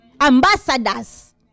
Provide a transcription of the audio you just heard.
ambassadors